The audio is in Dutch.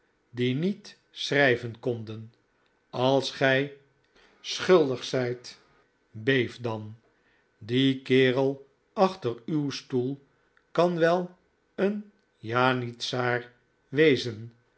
die niet schrijven konden als gij schuldig zijt beef dan die kerel achter uw stoel kan wel een janitsaar wezen